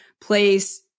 place